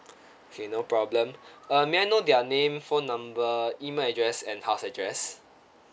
K no problem uh may I know their name phone number email address and house address